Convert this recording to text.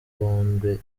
bombe